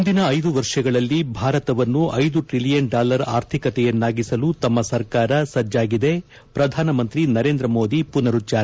ಮುಂದಿನ ಐದು ವರ್ಷಗಳಲ್ಲಿ ಭಾರತವನ್ನು ಐದು ಟ್ರಿಲಿಯನ್ ಡಾಲರ್ ಆರ್ಥಿಕತೆಯನ್ನಾಗಿಸಲು ತಮ್ಮ ಸರ್ಕಾರ ಸಜ್ಜಾಗಿದೆ ಪ್ರಧಾನಮಂತ್ರಿ ನರೇಂದ್ರ ಮೋದಿ ಪುನರುಚ್ಚಾರ